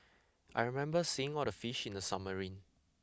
I remember seeing all the fish in the submarine